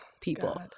people